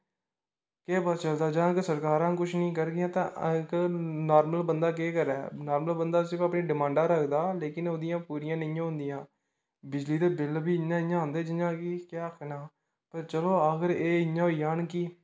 केह् पता चलदा जदूं तक सरकारा कुछ नेी करगियां तां अस नार्मल बंदा केह् करै नार्मल बंदा सिर्फ अपनी डिमांडां गै रखदा लेकिन ओहदियां पूरियां नेईं होदियां बिजली दे बिल बी इयां आंदे जियां कि केह् आक्खना पर चलो अगर एह् इयां होई जान कि